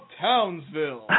Townsville